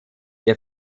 der